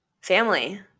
family